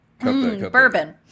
Bourbon